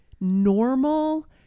normal